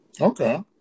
Okay